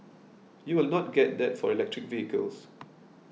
you will not get that for electric vehicles